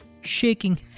shaking